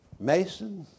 Mason